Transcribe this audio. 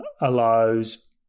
allows